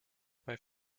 bei